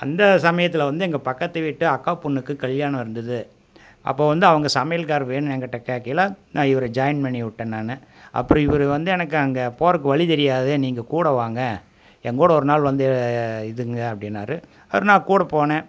அந்த சமயத்தில் வந்து எங்கள் பக்கத்து வீட்டு அக்கா பொண்ணுக்குக் கல்யாணம் இருந்தது அப்போது வந்து அவங்க சமையல்காரர் வேணும் எங்கிட்ட கேட்கையில நான் இவரை ஜாயின் பண்ணி விட்டேன் நான் அப்புறம் இவர் வந்து எனக்கு அங்கே போகறதுக்கு வழி தெரியாது நீங்கள் கூட வாங்க எங்கூட ஒருநாள் வந்து இதுங்க அப்படின்னார் அப்புறம் நான் கூட போனேன்